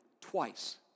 twice